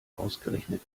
ausgerechnet